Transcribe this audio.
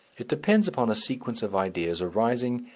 it depends upon a sequence of ideas arising,